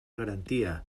garantia